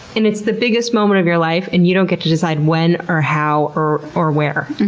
and it's the biggest moment of your life, and you don't get to decide when or how or or where.